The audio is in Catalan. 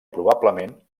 probablement